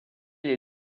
les